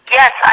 yes